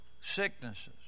sicknesses